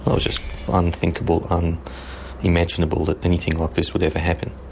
but was just unthinkable, um unimaginable that anything like this would ever happen.